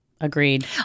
Agreed